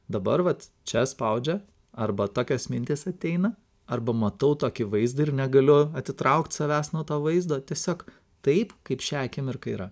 dabar vat čia spaudžia arba tokios mintys ateina arba matau tokį vaizdą ir negaliu atitraukt savęs nuo to vaizdo tiesiog taip kaip šią akimirką yra